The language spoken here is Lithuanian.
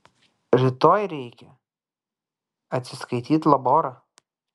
rytoj reikia atsiskaityt laborą